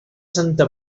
santa